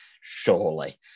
Surely